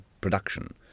production